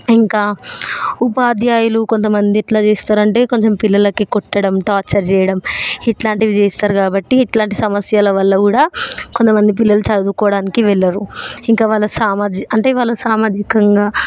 ఇంకా ఉపాధ్యాయులు కొంతమంది ఎట్లా చేస్తారంటే కొంచెం పిల్లలకి కొట్టడం టార్చర్ చేయడం ఇట్లాంటివి చేస్తారు కాబట్టి ఇట్లాంటి సమస్యల వల్ల కూడా కొంతమంది పిల్లలు చదువుకోవడానికి వెళ్లరు ఇంకా వాళ్ళ సామర్థ్యం అంటే వాళ్ళ సామాజికంగా